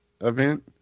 event